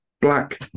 black